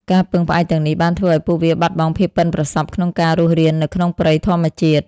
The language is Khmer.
ការពឹងផ្អែកទាំងនេះ បានធ្វើឱ្យពួកវាបាត់បង់ភាពប៉ិនប្រសប់ក្នុងការរស់រាននៅក្នុងព្រៃធម្មជាតិ។